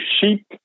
sheep